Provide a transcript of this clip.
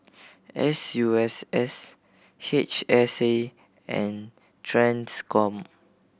S U S S H S A and Transcom